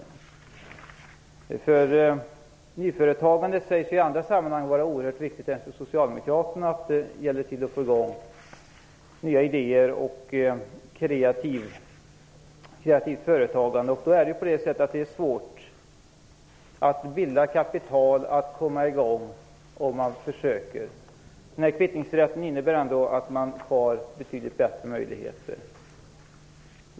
Även för Socialdemokraterna sägs i andra sammanhang att nyföretagandet är oerhört viktigt att få i gång, att få fram nya idéer och kreativt företagande. Men det är svårt att bilda kapital, att komma i gång. Kvittningsrätten innebär ändå betydligt bättre möjligheter.